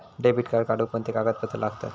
Debit card काढुक कोणते कागदपत्र लागतत?